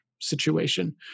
situation